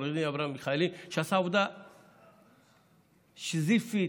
שעשה עבודה סיזיפית,